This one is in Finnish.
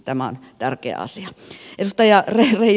tämä on tärkeä asia